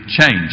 change